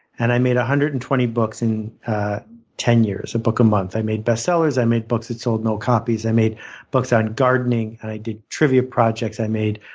and i made one hundred and twenty books in ten years a book a month. i made best sellers, i made books that sold no copies. i made books on gardening, and i did trivia projects, i made